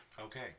Okay